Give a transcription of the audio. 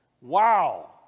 Wow